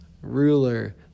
ruler